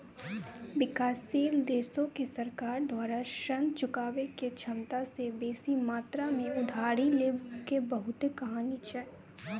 विकासशील देशो के सरकार द्वारा ऋण चुकाबै के क्षमता से बेसी मात्रा मे उधारी लै के बहुते कहानी छै